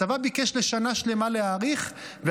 הצבא ביקש להאריך לשנה שלמה,